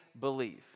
believe